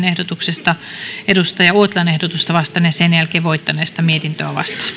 ehdotuksesta kolmekymmentäkolme ehdotusta stefan wallinin ehdotusta kolmeenkymmeneenkahteen vastaan ja sen jälkeen voittaneesta mietintöä vastaan